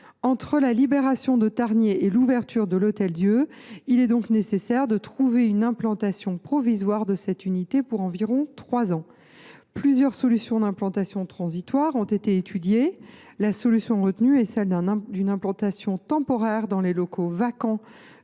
Entre la libération de Tarnier et l’ouverture de l’Hôtel Dieu, il est donc nécessaire de trouver une implantation provisoire de cette unité, pour environ trois ans. Plusieurs solutions transitoires d’implantation ont été étudiées. La solution retenue est celle d’une implantation temporaire dans les locaux vacants